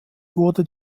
wurde